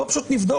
בואו פשוט נבדוק.